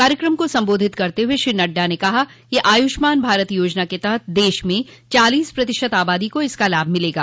कार्यक्रम को संबोधित करते हुए श्री नड्डा ने कहा कि आयुष्मान भारत योजना के तहत देश में चालीस प्रतिशत आबादी को इसका लाभ मिलेगा